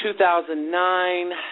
2009